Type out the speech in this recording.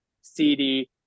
cd